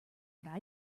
what